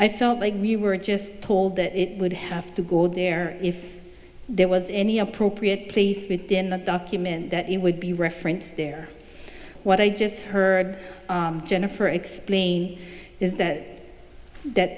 i felt like we were just told that it would have to go there if there was any appropriate place within the document that it would be referenced there what i just heard jennifer explain is that that